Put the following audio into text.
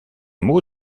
mot